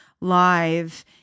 live